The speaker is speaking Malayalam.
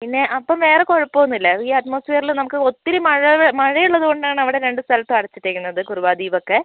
പിന്നെ അപ്പം വേറെ കുഴപ്പമൊന്നും ഇല്ല ഈ അറ്റ്മോസ്ഫിയറിൽ നമുക്ക് ഒത്തിരി മഴ മഴയുള്ളതുകൊണ്ടാണ് അവിടെ രണ്ട് സ്ഥലത്തും അടച്ചിട്ടിരിക്കുന്നത് കുറുവ ദ്വീപൊക്കെ